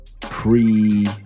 pre